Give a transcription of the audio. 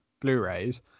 Blu-rays